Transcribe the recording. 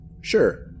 Sure